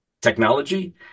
technology